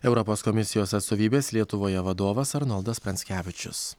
europos komisijos atstovybės lietuvoje vadovas arnoldas pranckevičius